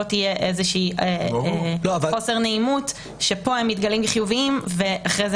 לא תהיה איזושהי חוסר נעימות כי כאן הם מתגלים חיוביים ואחר כך